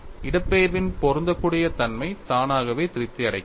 இடப்பெயர்வின் பொருந்தக்கூடிய தன்மை தானாகவே திருப்தி அடைகிறது